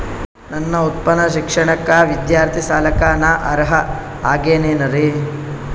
ನನ್ನ ಉನ್ನತ ಶಿಕ್ಷಣಕ್ಕ ವಿದ್ಯಾರ್ಥಿ ಸಾಲಕ್ಕ ನಾ ಅರ್ಹ ಆಗೇನೇನರಿ?